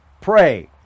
pray